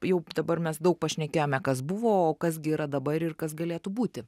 jau dabar mes daug pašnekėjome kas buvo o kas gi yra dabar ir kas galėtų būti